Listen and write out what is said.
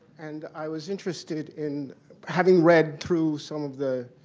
and i was interested in having read through some of the